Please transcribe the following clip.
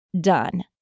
done